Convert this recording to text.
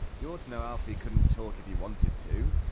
you ought to know alfie couldn't talk if he wanted to!